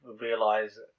realize